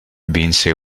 vinse